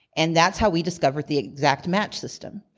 and that's how we discovered the exact match system,